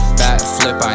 backflip